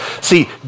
See